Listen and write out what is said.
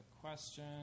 question